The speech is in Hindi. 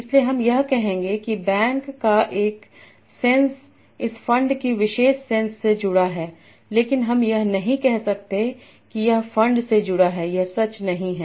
इसलिए हम यह कहेंगे कि बैंक का एक सेंस इस फंड की विशेष सेंस से जुड़ा है लेकिन हम यह नहीं कह सकते कि यह फंड से जुड़ा है यह सच नहीं है